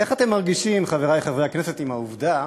איך אתם מרגישים, חברי חברי הכנסת, עם העובדה